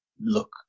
look